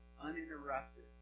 uninterrupted